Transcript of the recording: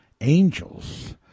angels